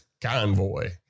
Convoy